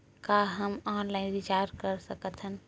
का हम online recharge कर सकत हन?